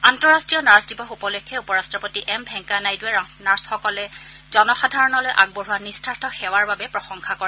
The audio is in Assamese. আন্তঃৰাষ্ট্ৰীয় নাৰ্ছ দিৱস উপলক্ষে উপ ৰাষ্ট্ৰতি এম ভেংকায়া নাইডুৱে নাৰ্ছসকলে জনসাধাৰণলৈ আগবঢ়োৱা নিঃস্বাৰ্থ সেৱাৰ বাবে প্ৰশংসা কৰে